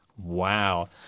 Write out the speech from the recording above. Wow